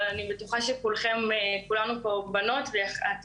אבל אני בטוחה שכולכם כולנו פה בנות ואתן